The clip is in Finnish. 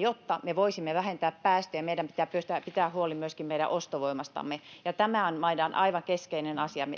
jotta me voisimme vähentää päästöjä, meidän pitää pystyä pitämään huoli myöskin meidän ostovoimasta, ja tämä on aivan keskeinen asia.